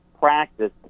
practice